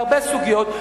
בהרבה סוגיות,